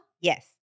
Yes